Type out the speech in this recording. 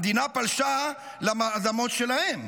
המדינה פלשה לאדמות שלהם.